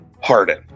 Harden